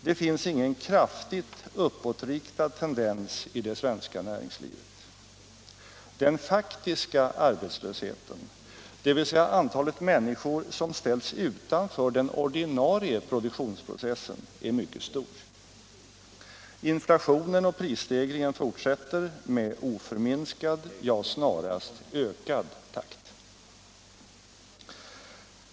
Det finns ingen kraftigt uppåtriktad tendens i det svenska näringslivet. Den faktiska arbetslösheten, dvs. antalet människor som ställts utanför den ordinarie produktionsprocessen, är mycket stor. Inflationen och prisstegringen fortsätter med oförminskad — ja, snarast ökad takt.